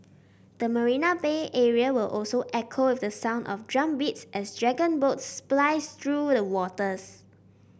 the Marina Bay area will also echo with the sound of drumbeats as dragon boats splice through the waters